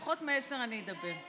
פחות מעשר אני אדבר.